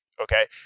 Okay